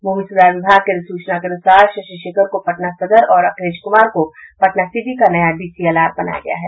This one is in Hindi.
भूमि सुधार विभाग के अधिसूचना के अनुसार शशि शेखर को पटना सदर और अखिलेश कुमार को पटना सिटी का नया डीसीएलआर बनाया गया है